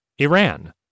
Iran